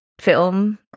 film